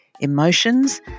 emotions